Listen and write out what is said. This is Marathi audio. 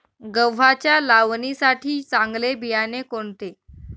गव्हाच्या लावणीसाठी चांगले बियाणे कोणते?